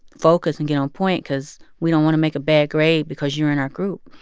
focus and get on point because we don't want to make a bad grade because you're in our group.